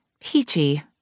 Peachy